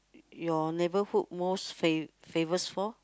your neighbourhood most fa~ famous for